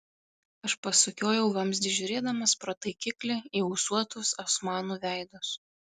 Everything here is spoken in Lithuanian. aš pasukiojau vamzdį žiūrėdamas pro taikiklį į ūsuotus osmanų veidus